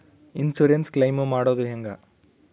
Insurance claim ಮಾಡೋದು ಹೆಂಗ?